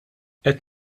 qed